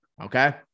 okay